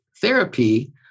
therapy